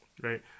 Right